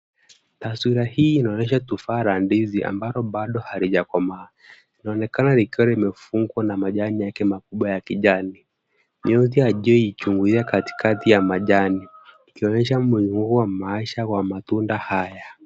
Taswira hii inaonyesha tufaha la ndizi ambalo bado halijakomaa. Linaonekana likiwa limefungwa na majani yake makubwa ya kijani. Ndizi ya juu ikiivia katikati ya majani ikionyesha umuhimu wa mahasha ya matunda haya.